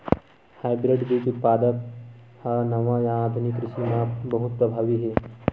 hybrid बीज उत्पादन हा नवा या आधुनिक कृषि मा बहुत प्रभावी हे